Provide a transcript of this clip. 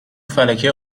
فلکه